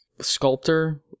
sculptor